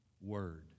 word